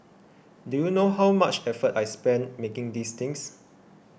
do you know how much effort I spent making these things